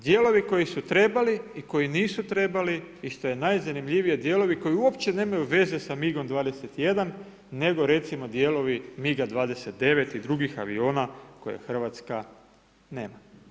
Dijelovi koji su trebali i koji nisu trebali i što je najzanimljivije, dijelovi koji uopće nemaju veze sa MIG-om 21 nego recimo dijelovi MIG-a 29 i drugih aviona koje Hrvatska nema.